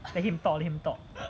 let him talk let him talk